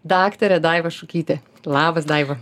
daktarė daiva šukytė labas daiva